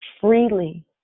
Freely